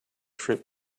trip